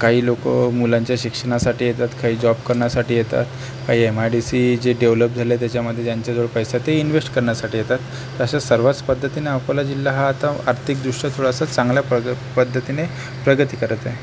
काही लोक मुलांच्या शिक्षणासाठी येतात काही जॉब करण्यासाठी येतात काही एम आय डी सी जे डेव्हलप झालं आहे त्याच्यामध्ये ज्यांच्याजवळ पैसा आहे ते इन्व्हेस्ट करण्यासाठी येतात अशा सर्वच पद्धतीने अकोला जिल्हा हा आता आर्थिकदृृष्ट्या थोडासा चांगला प्रग पद्धतीने प्रगती करत आहे